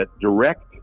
direct